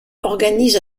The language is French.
organise